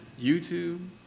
YouTube